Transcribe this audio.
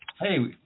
Hey